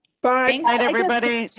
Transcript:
bye everybody.